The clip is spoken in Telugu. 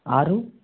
ఆరు